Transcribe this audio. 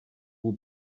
will